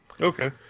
Okay